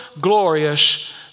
glorious